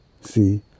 See